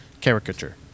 caricature